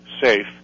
safe